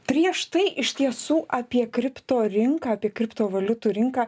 prieš tai iš tiesų apie kripto rinką apie kriptovaliutų rinką